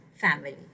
family